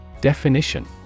Definition